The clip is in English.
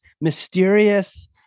mysterious